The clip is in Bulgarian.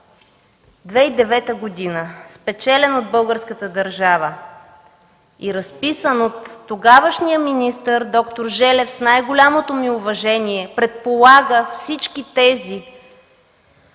2009 г. спечелен от българската държава и разписан от тогавашния министър д-р Желев, с най-голямото ми уважение, предполага всички тези